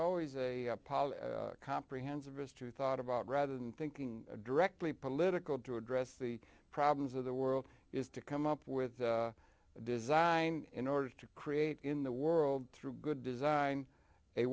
always a pall comprehends of his to thought about rather than thinking directly political to address the problems of the world is to come up with design in order to create in the world through good design a